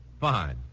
Fine